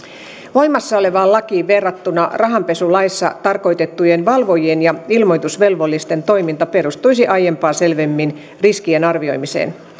voimassa olevaan lakiin verrattuna rahanpesulaissa tarkoitettujen valvojien ja ilmoitusvelvollisten toiminta perustuisi aiempaa selvemmin riskien arvioimiseen